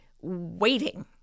Waiting